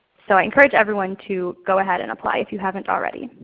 so i encourage everyone to go ahead and apply if you haven't already.